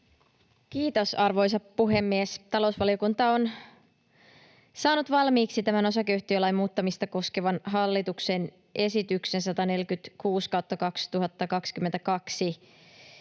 Kiitos, arvoisa puhemies! Talousvaliokunta on saanut valmiiksi tämän osakeyhtiölain muuttamista koskevan hallituksen esityksen 146/2022